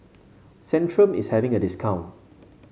centrum is having a discount